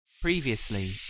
Previously